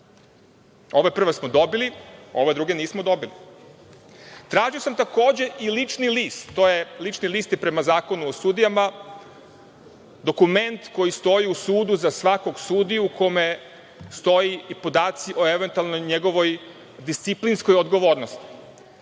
Ove prve smo dobili, ove druge nismo dobili. Tražio sam takođe i lični list, lični list je prema Zakonu o sudijama, dokument koji stoji u sudu za svakog sudiju kome stoje i podaci o eventualno, njegovoj disciplinskoj odgovornosti.